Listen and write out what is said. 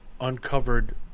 uncovered